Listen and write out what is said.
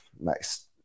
nice